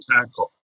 tackle